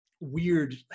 weird